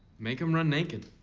make him run naked.